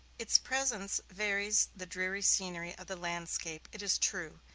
its presence varies the dreary scenery of the landscape, it is true,